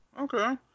Okay